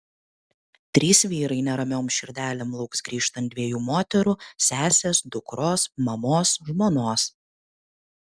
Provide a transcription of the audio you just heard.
trys vyrai neramiom širdelėm lauks grįžtant dviejų moterų sesės dukros mamos žmonos